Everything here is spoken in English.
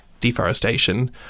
deforestation